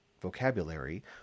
vocabulary